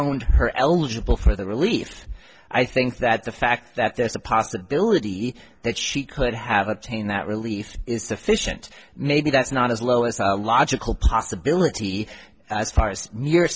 d her eligible for the relief i think that the fact that there's a possibility that she could have obtained that relief is sufficient maybe that's not as low as a logical possibility as far